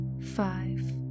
five